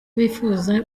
bifuza